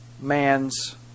man's